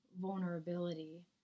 vulnerability